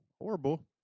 horrible